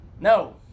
No